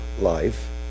life